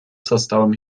составом